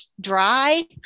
dry